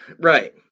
Right